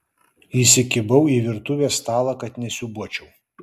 įsikibau į virtuvės stalą kad nesiūbuočiau